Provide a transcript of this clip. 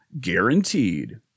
guaranteed